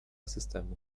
systemu